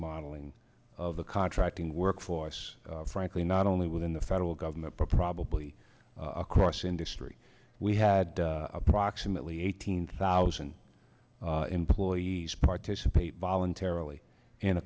modeling of the contracting workforce frankly not only within the federal government but probably across industry we had approximately eighteen thousand employees participate voluntarily in a